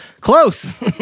close